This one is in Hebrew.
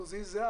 תזיז את זה,